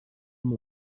amb